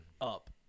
Up